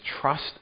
Trust